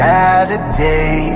Saturday